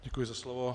Děkuji za slovo.